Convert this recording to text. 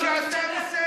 תן כבוד לתואר שאתה נושא,